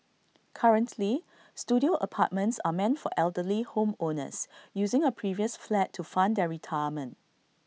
currently Studio apartments are meant for elderly home owners using A previous flat to fund their retirement